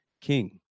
king